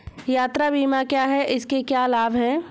यात्रा बीमा क्या है इसके क्या लाभ हैं?